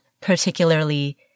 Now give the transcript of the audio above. particularly